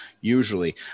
usually